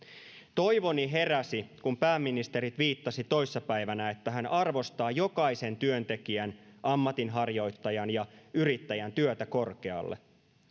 toivoni heräsi kun pääministeri tviittasi toissa päivänä että hän arvostaa jokaisen työntekijän ammatinharjoittajan ja yrittäjän työtä korkealle